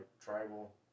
tribal